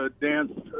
dance